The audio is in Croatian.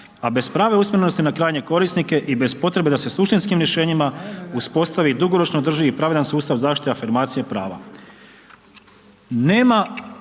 a bez prave usmjerenosti na krajnje korisnike i bez potrebe da se suštinskim rješenjima uspostavi dugoročno održivi i pravedan sustav zaštite afirmacije i prava.